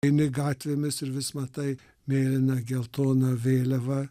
eini gatvėmis ir vis matai mėlyną geltoną vėliavą